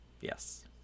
Yes